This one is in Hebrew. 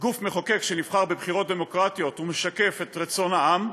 גוף מחוקק שנבחר בבחירות דמוקרטיות ומשקף את רצון העם,